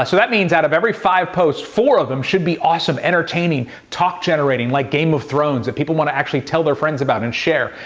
ah so that means out of every five posts, four of them should be awesome, entertaining, talk generating like game of thrones that people want to tell their friends about and share.